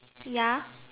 ya